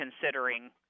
considering